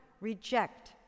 reject